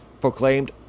proclaimed